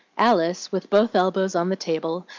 alice, with both elbows on the table,